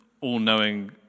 all-knowing